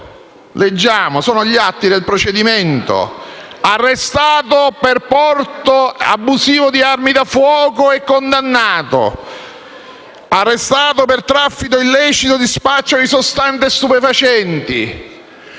Leggiamo negli atti del procedimento: pluripregiudicato, arrestato per porto abusivo di armi da fuoco e condannato; arrestato per traffico illecito e spaccio di sostanze stupefacenti;